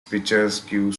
picturesque